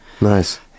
nice